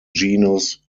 genus